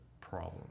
problem